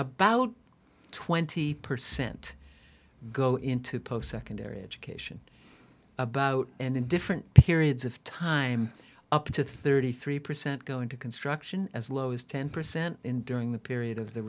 about twenty percent go into post secondary education about and in different periods of time up to thirty three percent going to construction as low as ten percent during the period of the